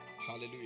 Hallelujah